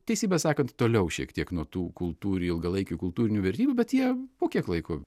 teisybę sakant toliau šiek tiek nuo tų kultūrių ilgalaikių kultūrinių vertybių bet jie po kiek laiko